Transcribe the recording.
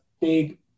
big